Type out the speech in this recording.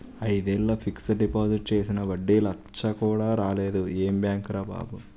ఐదేళ్ళు fixed deposit చేసినా వడ్డీ లచ్చ కూడా రాలేదు ఏం బాంకురా బాబూ